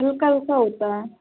हल्का हल्का होता